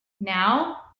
now